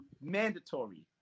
mandatory